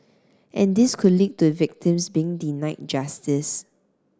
and this could lead to victims being denied justice